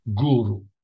guru